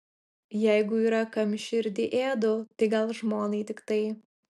jeigu yra kam širdį ėdu tai gal žmonai tiktai